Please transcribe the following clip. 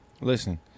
listen